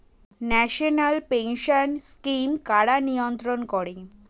National pension scheme কারা নিয়ন্ত্রণ করে?